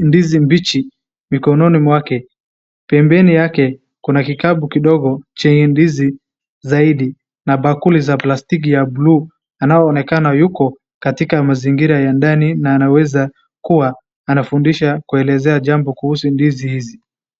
ndizi mbichi mkononi mwake pembeni yake kuna kikapu kidogo chenye ndizi zaidi na bakuli za plastiki ya blue anayeonekana yuko katika mazingira ya ndani na anaweza kuwa anafundisha kuelezea jambo kuhusu ndizi hizi.